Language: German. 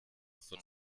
von